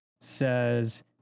says